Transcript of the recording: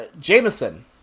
Jameson